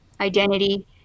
identity